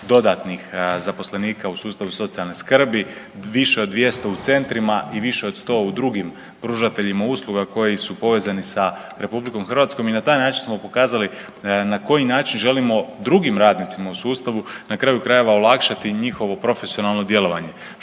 dodatnih zaposlenika u sustavu socijalne skrbi, više od 200 u centrima i više od 100 u drugim pružateljima usluga koji su povezani sa RH i na taj način smo pokazali na koji način želimo drugim radnicima u sustavu na kraju krajeva olakšati njihovo profesionalno djelovanje.